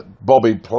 Bobby